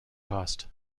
cost